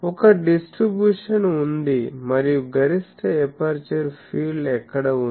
ఒక డిస్ట్రిబ్యూషన్ ఉంది మరియు గరిష్ట ఎపర్చరు ఫీల్డ్ ఎక్కడ ఉంది